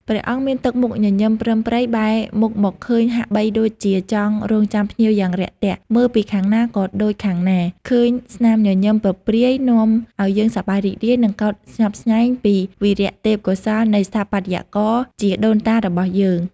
ព្រះអង្គមានទឹកមុខញញឹមប្រឹមប្រិយ បែរមុខមកឃើញហាក់បីដូចជាចង់រង់ចាំភ្ញៀវយ៉ាងរាក់ទាក់ មើលពីខាងណាក៏ដូចខាងណា ឃើញស្នាមញញឹម ពព្រាយនាំឱ្យយើងសប្បាយរីករាយ និងកោតស្ញប់ស្ញែងពីវីរទេពកោសល្យនៃស្ថាបត្យករជាដូនតារបស់យើង។